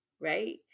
right